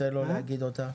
תן לו לומר אותה.